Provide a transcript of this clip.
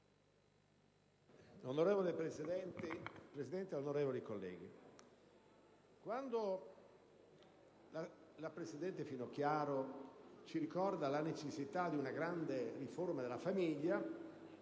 Presidente, onorevoli colleghi, quando la presidente Finocchiaro ci ricorda la necessità di una grande riforma della famiglia,